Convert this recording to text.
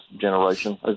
generation